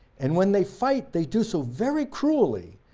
and when they fight they do so very cruelly,